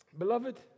Beloved